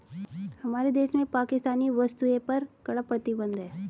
हमारे देश में पाकिस्तानी वस्तुएं पर कड़ा प्रतिबंध हैं